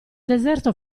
deserto